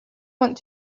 want